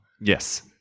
Yes